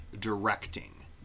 directing